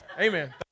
Amen